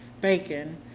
bacon